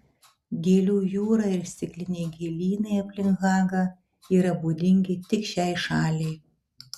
gėlių jūra ir stikliniai gėlynai aplink hagą yra būdingi tik šiai šaliai